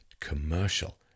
commercial